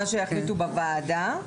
מה שיחליטו בוועדה,